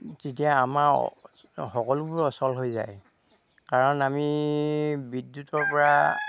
তেতিয়া আমাৰ সকলোবোৰ অচল হৈ যায় কাৰণ আমি বিদ্যুতৰপৰা